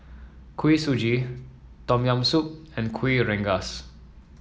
Kuih Suji Tom Yam Soup and Kuih Rengas